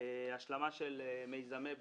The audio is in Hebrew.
להשלמה של מיזמי בנייה,